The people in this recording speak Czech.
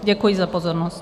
Děkuji za pozornost.